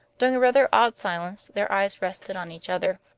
during a rather odd silence their eyes rested on each other.